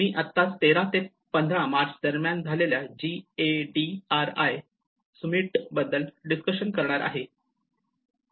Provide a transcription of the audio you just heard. मी आत्ताच 13 ते 15 मार्च दरम्यान झालेल्या G A D R I Sumit बद्दल डिस्कशन करणार आहे